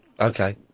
Okay